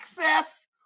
access